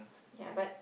yea but